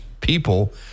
people